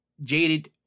Jaded